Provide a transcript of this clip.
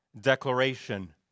declaration